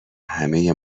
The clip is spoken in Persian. همه